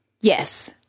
Yes